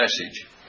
message